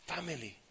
Family